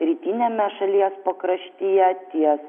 rytiniame šalies pakraštyje ties